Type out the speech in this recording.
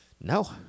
No